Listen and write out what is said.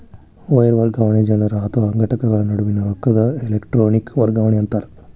wire ವರ್ಗಾವಣೆ ಜನರ ಅಥವಾ ಘಟಕಗಳ ನಡುವಿನ್ ರೊಕ್ಕದ್ ಎಲೆಟ್ರೋನಿಕ್ ವರ್ಗಾವಣಿ ಅಂತಾರ